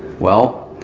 well,